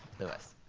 lewis.